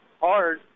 hard